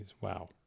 Wow